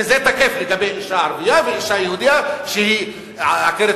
שזה תקף לגבי אשה ערבייה ואשה יהודייה שהיא עקרת-בית,